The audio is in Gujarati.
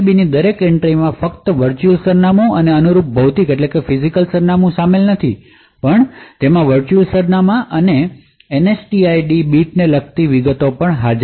ની દરેક એન્ટ્રીમાં ફક્ત વર્ચુઅલ સરનામું અને અનુરૂપ ફિજિકલસરનામું શામેલ નથી પણ તેમાં વર્ચ્યુઅલ સરનામાં અને NSTID બીટને લગતી વિગતો પણ છે